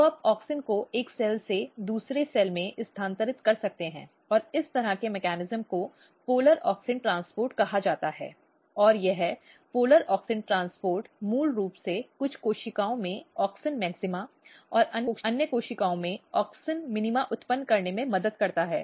तो आप ऑक्सिन को एक सेल से दूसरे सेल में स्थानांतरित कर सकते हैं और इस तरह के मेकॅनिज्म को ध्रुवीय ऑक्सिन परिवहन कहा जाता है और यह ध्रुवीय ऑक्सिन परिवहन मूल रूप से कुछ कोशिकाओं में ऑक्सिन मैक्सिमा और अन्य कोशिकाओं में ऑक्सिन मिनिमा उत्पन्न करने में मदद करता है